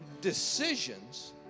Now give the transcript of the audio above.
decisions